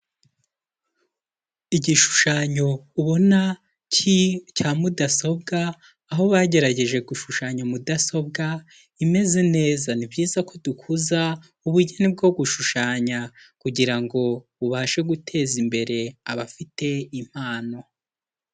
Igishushanyo ubona ki cya mudasobwa, aho bagerageje gushushanya mudasobwa imeze neza, ni byiza ko dukuza ubugeni bwo gushushanya, kugirango ubashe gutezi imbere, abafite impano.